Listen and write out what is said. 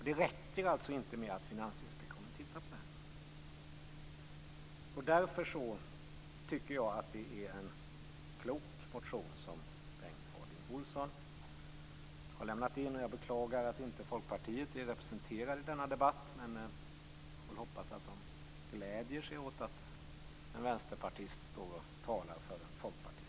Det räcker alltså inte med att Finansinspektionen tittar på det här. Därför tycker jag att det är en klok motion som Bengt Harding Olson har lämnat in. Jag beklagar att inte Folkpartiet är representerat i denna debatt. Vi får väl hoppas att man glädjer sig åt att en vänsterpartist talar för en folkpartistisk motion.